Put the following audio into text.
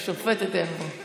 שופטת אין פה.